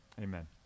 Amen